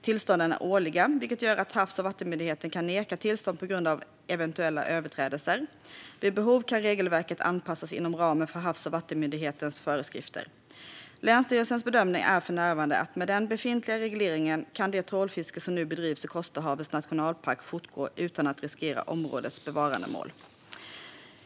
Tillstånden är årliga, vilket gör att Havs och vattenmyndigheten kan neka tillstånd på grund av eventuella överträdelser. Vid behov kan regelverket anpassas inom ramen för Havs och vattenmyndighetens föreskrifter. Länsstyrelsens bedömning är för närvarande att med den befintliga regleringen kan det trålfiske som nu bedrivs i Kosterhavets nationalpark fortgå utan att detta riskerar områdets bevarandemål.